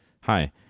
hi